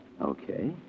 Okay